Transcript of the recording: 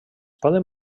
poden